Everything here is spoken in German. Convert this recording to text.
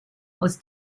aus